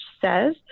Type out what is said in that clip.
says